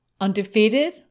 Undefeated